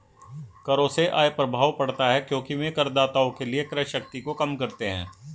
करों से आय प्रभाव पड़ता है क्योंकि वे करदाताओं के लिए क्रय शक्ति को कम करते हैं